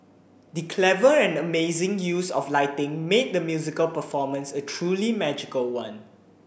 the clever and amazing use of lighting made the musical performance a truly magical one